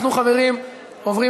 אנחנו, חברים, עוברים